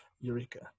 Eureka